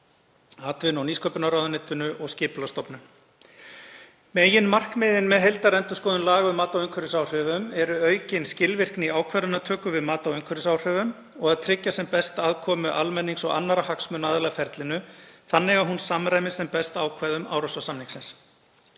atvinnu- og nýsköpunarráðuneytinu og Skipulagsstofnun. Meginmarkmiðin með heildarendurskoðun laga um mat á umhverfisáhrifum eru aukin skilvirkni í ákvarðanatöku við mat á umhverfisáhrifum og að tryggja sem best aðkomu almennings og annarra hagsmunaaðila að ferlinu þannig að hún samræmist sem best ákvæðum Árósasamningsins.